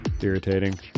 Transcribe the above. irritating